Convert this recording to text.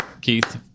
Keith